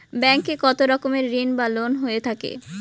Bank এ কত রকমের ঋণ বা লোন হয়ে থাকে?